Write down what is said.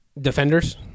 Defenders